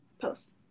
post